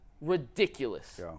ridiculous